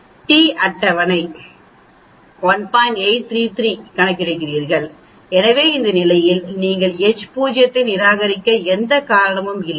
எனவே கணக்கிடப்பட்ட டி அட்டவணையை விட குறைவாக உள்ளது எனவே இந்த நிலையில் நீங்கள் H0 ஐ நிராகரிக்க எந்த காரணமும் இல்லை